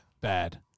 bad